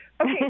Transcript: Okay